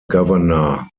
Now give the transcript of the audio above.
governor